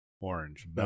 Orange